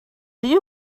you